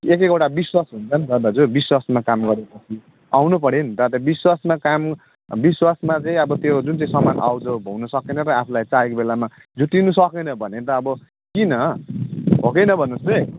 एक एकवटा विश्वास हुन्छ नि त दाजु विश्वासमा काम गरेपछि आउनु पऱ्यो नि त विश्वासमा काम विश्वासमा चाहिँ अब त्यो जुन चाहिँ सामान आउजाउ हुन सकेन र आफूलाई चाहेको बेलामा जो दिनु सकेन भने त अब किन हो कि होइन भन्नुहोस् है